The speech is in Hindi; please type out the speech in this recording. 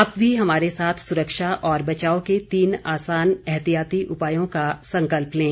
आप भी हमारे साथ सुरक्षा और बचाव के तीन आसान एहतियाती उपायों का संकल्प लें